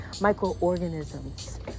microorganisms